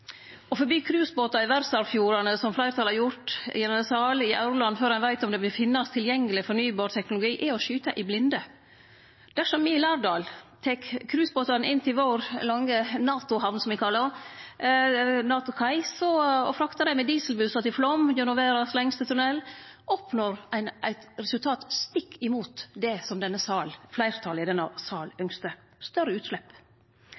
Å forby cruisebåtar i verdsarvfjordane, slik fleirtalet i denne sal har gjort – som i Aurland – før ein veit om det vil finnast tilgjengeleg fornybar teknologi, er å skyte i blinde. Dersom me i Lærdal tek cruisebåtane inn til vår lange NATO-hamn, som me kallar ho – NATO-kai – og fraktar dei med dieselbussar til Flåm gjennom verdas lengste tunnel, oppnår ein eit resultat stikk imot det som fleirtalet i denne sal ønskte – større utslepp.